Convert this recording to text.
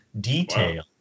detail